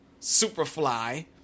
Superfly